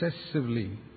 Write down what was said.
excessively